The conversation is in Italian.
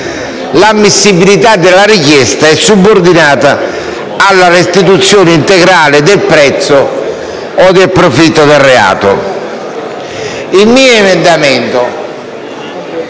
amministrazione, è subordinata alla restituzione integrale del prezzo o del profitto del reato. Il mio emendamento,